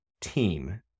team